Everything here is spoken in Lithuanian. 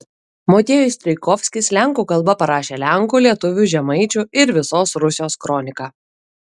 motiejus strijkovskis lenkų kalba parašė lenkų lietuvių žemaičių ir visos rusios kroniką